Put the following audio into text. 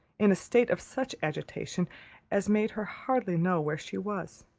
in a state of such agitation as made her hardly know where she was.